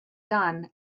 done